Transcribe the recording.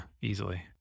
easily